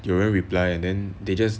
有人 reply and then they just